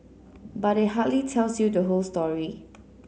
but it hardly tells you the whole story